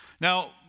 Now